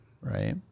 Right